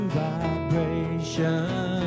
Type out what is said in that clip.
vibration